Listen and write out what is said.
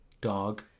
Dog